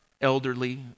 elderly